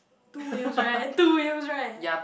two wheels right two wheels right